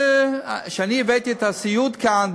כשאני הבאתי את נושא הסיעוד כאן,